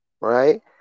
right